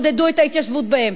עודדו את ההתיישבות בהם,